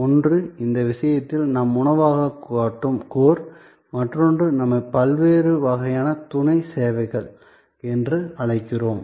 ஒன்று இந்த விஷயத்தில் நாம் உணவாகக் காட்டும் கோர் மற்றொன்றை நாம் பல்வேறு வகையான துணைச் சேவைகள் என்று அழைக்கிறோம்